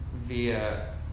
via